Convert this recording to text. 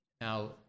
Now